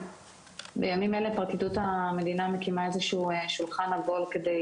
בימים אלה פרקליטות המדינה מקימה איזשהו שולחן עגול כדי